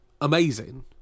amazing